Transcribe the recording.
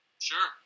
Sure